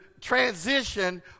transition